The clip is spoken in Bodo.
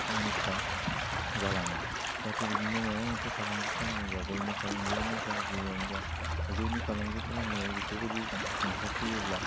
खामानिफ्रा जालाङो जाहाथे बिदिनो माबा मोनसे फालांगि खालामोबा गइनि फालांगियावनो जा जेयावनो जा दा गइनि फालांगि खालामनायाव बेफोरबायदि हेंथा फैयोब्ला